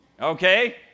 okay